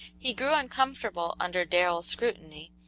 he grew uncomfortable under darrell's scrutiny,